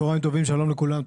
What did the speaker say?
צוהריים טובים, שלום לכולם.